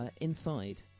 inside